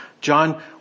John